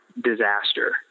disaster